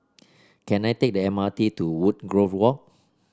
can I take the M R T to Woodgrove Walk